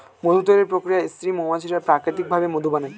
মধু তৈরির প্রক্রিয়ায় স্ত্রী মৌমাছিরা প্রাকৃতিক ভাবে মধু বানায়